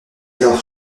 alors